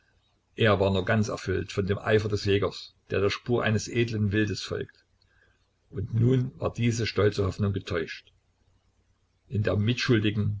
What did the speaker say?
er war nur ganz erfüllt von dem eifer des jägers der der spur eines edlen wildes folgt und nun war diese stolze hoffnung getäuscht in der mitschuldigen